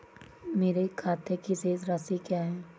मेरे खाते की शेष राशि क्या है?